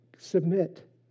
Submit